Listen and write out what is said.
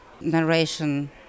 narration